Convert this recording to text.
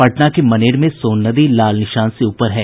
पटना के मनेर में सोन नदी लाल निशान से ऊपर है